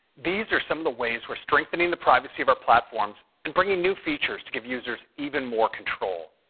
these are some of the ways we're strengthening the privacy of our platforms and bringing new features to give users even more control.